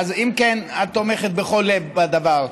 אם כן, את תומכת בכל לב בדבר.